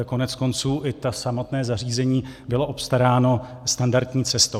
Koneckonců i samotné zařízení bylo obstaráno standardní cestou.